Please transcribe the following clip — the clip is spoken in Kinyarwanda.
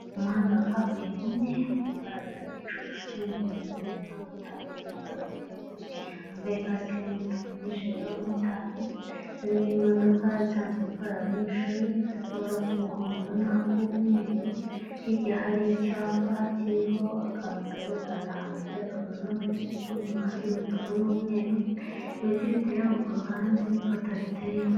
Umuhanda wa kaburimbo umwe urimo ugaragaraho igicucu cy'umuntu ndetse na motari utwaye umugenzi wambaye kasike y'umutuku n'ijire y'abamotari, harimo imodoka isanzwe itwara abanyeshuri ifite akaba k'umuhondo nak'umweru, hirya hari icyapa kiriho akantu kerekana amajyaruguru n'amajyepfo mw'ibara ry'umutuku n'umweru, ibiti biteye aho kuruhande n'ipoto riteyemo.